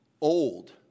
Old